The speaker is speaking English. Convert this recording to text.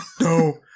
No